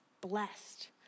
blessed